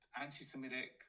anti-Semitic